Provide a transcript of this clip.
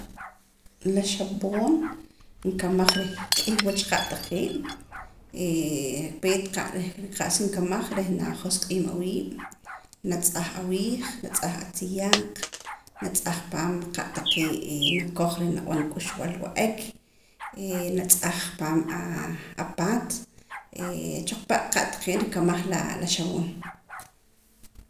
La xapoon nkamaj reh k'ih wach qa' taqee' peet reh qa'sa nkamaj reh najosq'iim awiib' natz'aj awiij natz'aj atziyaaq natz'aj paam qa' taqee' nakoj reh nab'an k'uxb'al wa'ek natz'aj paam apaat choqpa' qa' taqee' nrikamaj la xab'oon